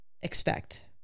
expect